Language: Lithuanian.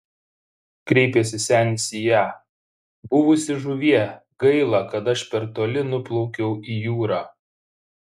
kreipėsi senis į ją buvusi žuvie gaila kad aš per toli nuplaukiau į jūrą